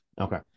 Okay